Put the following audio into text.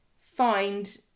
find